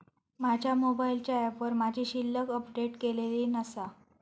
माझ्या मोबाईलच्या ऍपवर माझी शिल्लक अपडेट केलेली नसा